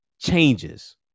changes